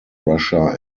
russia